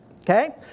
okay